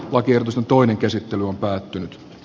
waigel usa toinen käsittely on päättynyt